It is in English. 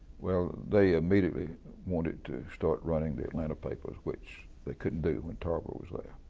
well, they immediately wanted to start running the atlanta papers, which they couldn't do when tarver was there.